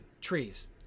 trees